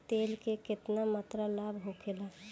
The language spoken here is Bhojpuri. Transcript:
तेल के केतना मात्रा लाभ होखेला?